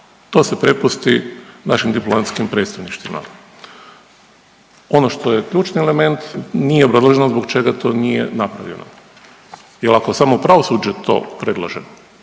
to se prepusti našim diplomatskim predstavništvima. Ono što je ključni element, nije obrazloženo zbog čega to nije napravljeno jel ako samo pravosuđe to predlaže